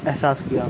احساس کیا